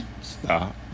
stop